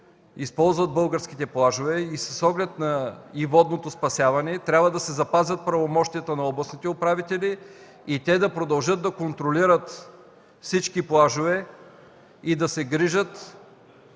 използват българските плажове, и с оглед и водното спасяване трябва да се запазят правомощията на областните управители и те да продължат да контролират всички плажове, да се грижат